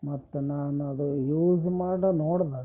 ಮತ್ತು ನಾನದು ಯೂಸ್ ಮಾಡಿ ನೋಡ್ದೆ